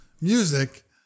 music